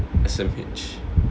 smh